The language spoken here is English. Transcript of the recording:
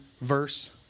verse